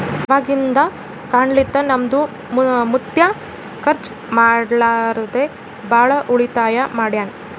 ಅವಾಗಿಂದ ಕಾಲ್ನಿಂತ ನಮ್ದು ಮುತ್ಯಾ ಖರ್ಚ ಮಾಡ್ಲಾರದೆ ಭಾಳ ಉಳಿತಾಯ ಮಾಡ್ಯಾನ್